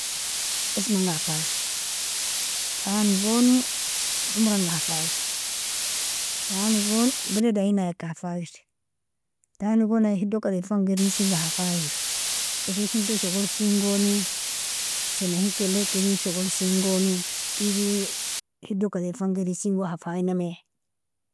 Esmanga, fafair tanigoni omranga hafair, tanigoni bilid aina agika hafair, tanigoni hidokadeifan geresinga hafair, erin hido shoglsingoni sana hikelek erin shoglsingoni eri hido kadeifan shoglsingon hafainami.